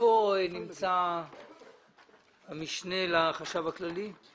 איפה המשנה לחשב הכללי?